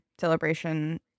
celebration